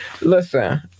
Listen